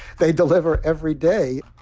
they deliver every day.